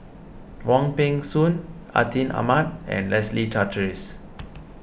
Wong Peng Soon Atin Amat and Leslie Charteris